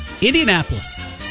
Indianapolis